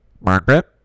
Margaret